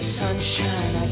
sunshine